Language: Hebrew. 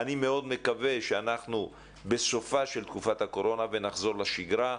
אני מאוד מקווה שאנחנו בסופה של תקופת הקורונה ונחזור לשגרה.